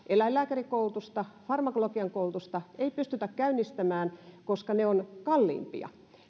eläinlääkärikoulutusta farmakologian koulutusta ei pystytä käynnistämään koska ne ovat kalliimpia